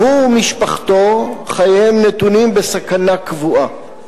והוא ומשפחתו, חייהם נתונים בסכנה קבועה.